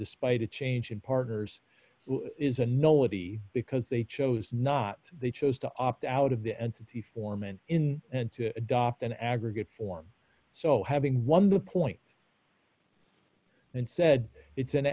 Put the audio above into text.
despite a change in partners is a no would be because they chose not they chose to opt out of the entity form and in and to adopt an aggregate form so having won the point and said it's an